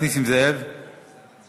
אפס שהיה גולת הכותרת של המושב הזה, הסתיים